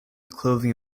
clothing